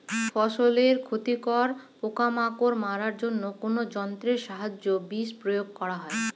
ফসলের ক্ষতিকর পোকামাকড় মারার জন্য কোন যন্ত্রের সাহায্যে বিষ প্রয়োগ করা হয়?